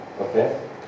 okay